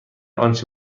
آنچه